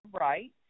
Right